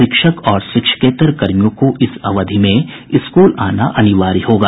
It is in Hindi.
शिक्षक और शिक्षकेतर कर्मियों को इस अवधि में स्कूल आना अनिवार्य होगा